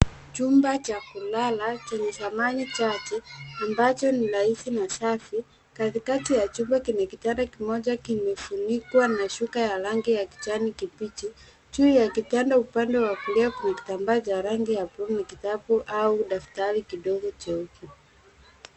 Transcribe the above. Chumba cha kulala chenye samani chache ambacho ni rahisi na safi. Katikati ya chumba kuna kitanda kimoja kimefunikwa na shuka ya rangi ya kijani kibichi. Juu ya kitanda upande wa kulia kuna kitambaa cha rangi ya bluu na kitabu au daftari kidogo jeupe.